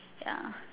ya